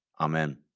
Amen